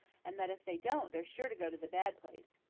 and that if they don't they're sure to go to the bad place.